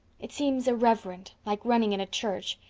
it seems irreverent, like running in a church.